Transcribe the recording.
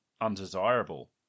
undesirable